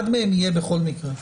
אחד מהם יהיה בכל מקרה.